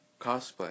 cosplay